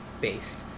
based